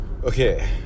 okay